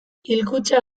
hilkutxa